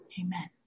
Amen